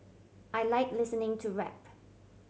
I like listening to rap